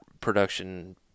production